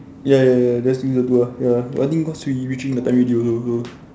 ya ya ya just leave the two lor ya I think cause we reaching the time already also so